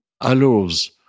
allows